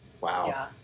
Wow